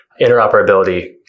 interoperability